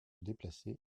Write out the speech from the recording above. déplacer